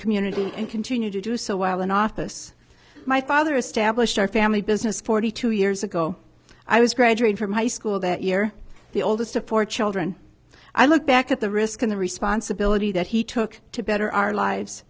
community and continue to do so while in office my father established our family business forty two years ago i was graduating from high school that year the oldest of four children i look back at the risk and the responsibility that he took to better our lives